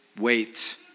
wait